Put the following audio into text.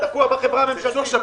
תקוע בחברה הממשלתית.